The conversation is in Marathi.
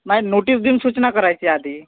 नाही नोटीस देऊन सूचना करायची आधी